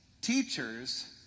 teachers